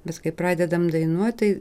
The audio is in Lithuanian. bet kai pradedam dainuot tai